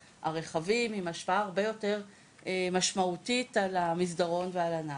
הרחבים עם השפעה הרבה יותר משמעותית על המסדרון ועל ה ---.